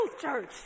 church